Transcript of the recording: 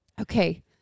Okay